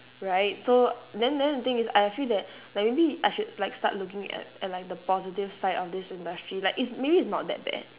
right so then then the thing is I feel that like maybe I should like start looking at at like the positive side of this industry like it's maybe it's not that bad